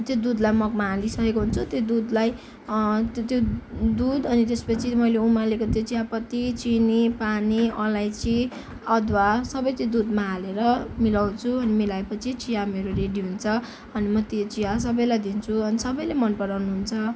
त्यो दुधलाई मगमा हालिसकेको हुन्चु त्यो दुधलाई त्यो दुध अनि त्यसपछि मैले उमालेको त्यो चियापत्ती चिनी पानी अलैँची अदुवा सबै त्यो दुधमा हालेर मिलाउँछु अनि मिलाएपछि चिया मेरो रेडी हुन्छ अनि म त्यो चिया सबैलाई दिन्छु अनि सबैले मन पराउनुहुन्छ